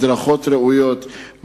מדרכות ראויות,